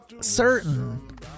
certain